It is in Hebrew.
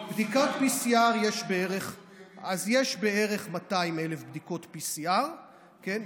בדיקת PCR, יש בערך 200,000 בדיקות PCR. כל יום?